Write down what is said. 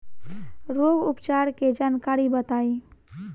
रोग उपचार के जानकारी बताई?